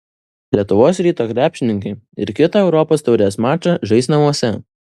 lietuvos ryto krepšininkai ir kitą europos taurės mačą žais namuose